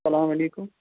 اسلام وعلیکُم